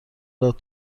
داد